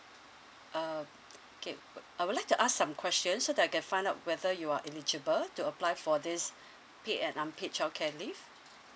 uh okay I would like to ask some questions so that I can find out whether you are eligible to apply for this paid and unpaid childcare leave